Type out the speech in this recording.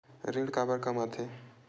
ऋण काबर कम आथे?